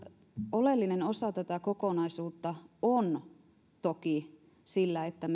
oleellinen osa tätä kokonaisuutta on toki se että